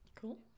Cool